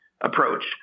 approach